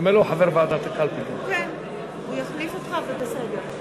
בנימין נתניהו, מצביע עפו אגבאריה,